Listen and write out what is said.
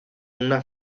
una